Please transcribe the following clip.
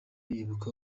yibuka